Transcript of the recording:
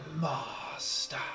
Master